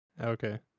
Okay